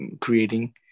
creating